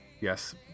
Yes